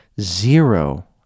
zero